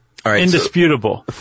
Indisputable